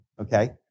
Okay